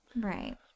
right